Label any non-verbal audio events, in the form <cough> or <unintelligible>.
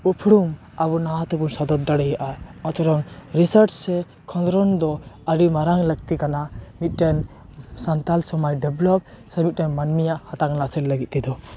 ᱩᱯᱨᱩᱢ ᱟᱵᱚ ᱱᱟᱣᱟ ᱛᱮᱵᱚ ᱥᱚᱫᱚᱨ ᱫᱟᱲᱮᱭᱟᱜᱼᱟ ᱚᱱᱟ ᱛᱮᱲᱚᱝ <unintelligible> ᱨᱤᱥᱟᱨᱪ ᱥᱮ ᱠᱷᱚᱸᱫᱽᱨᱚᱸᱫᱽ ᱫᱚ ᱟᱹᱰᱤ ᱢᱟᱨᱟᱝ ᱞᱟᱹᱠᱛᱤ ᱠᱟᱱᱟ ᱢᱤᱫᱴᱮᱱ ᱥᱟᱱᱛᱟᱲ ᱥᱚᱢᱟᱡᱽ ᱰᱮᱵᱞᱳᱵ ᱥᱮ ᱢᱤᱫᱴᱟᱝ ᱢᱟᱹᱱᱢᱤᱭᱟᱜ ᱦᱟᱛᱟᱝ ᱞᱟᱥᱮᱨ ᱞᱟᱹᱜᱤᱫ ᱛᱮᱫᱚ